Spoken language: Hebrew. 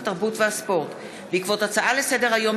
התרבות והספורט בעקבות דיון בהצעה לסדר-היום